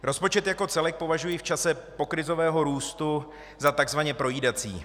Rozpočet jako celek považuji v čase pokrizového růstu za takzvaně projídací.